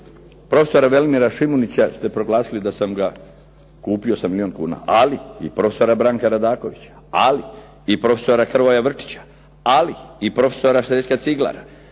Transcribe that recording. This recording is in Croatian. profesora Velimira Šimunića ste proglasili da sam ga kupio sa milijun kuna, ali i profesora Branka Radokovića, ali i profesora Hrvoja Vrčića ali i profesora Srećka Ciglara,